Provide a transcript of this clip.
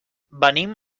venim